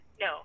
No